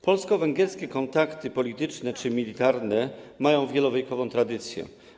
Polsko-węgierskie kontakty polityczne czy militarne mają wielowiekową tradycję.